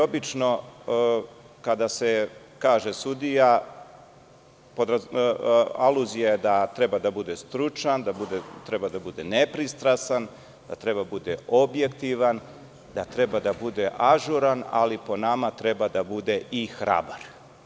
Obično kada se kaže sudija aluzija je da treba da bude stručan, treba da bude nepristrasan, da treba da bude objektivan, da treba da bude ažuran, ali po nama treba da bude i hrabar.